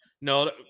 no